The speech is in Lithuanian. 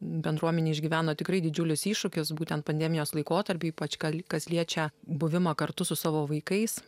bendruomenė išgyveno tikrai didžiulius iššūkius būtent pandemijos laikotarpiui ypač kali kas liečia buvimą kartu su savo vaikais